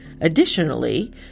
Additionally